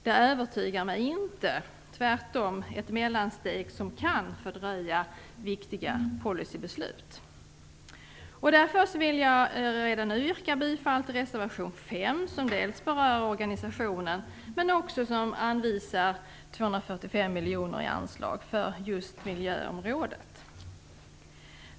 Det övertygar mig inte. Tvärtom är det ett mellansteg som kan fördröja viktiga policybeslut. Därför vill jag redan nu yrka bifall till reservation 5, där vi dels berör organisationen, dels anvisar 245 miljoner i anslag för just miljöområdet.